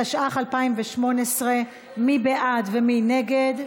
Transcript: התשע"ח 2018. מי בעד ומי נגד?